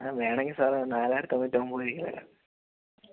വേണമെങ്കിൽ സർ നാലായിരത്തി തൊണ്ണൂറ്റൊൻപത് രൂപക്ക് തരാം